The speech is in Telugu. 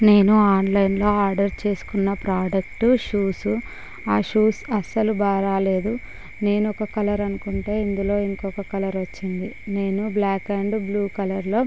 నేను ఆన్లైన్లో ఆర్డర్ చేసుకున్న ప్రాడక్ట్ షూస్ ఆ షూస్ అస్సలు బాగా రాలేదు నేను ఒక కలర్ అనుకుంటే ఇందులో ఇంకో కలర్ వచ్చింది నేను బ్లాక్ అండ్ బ్లూ కలర్లో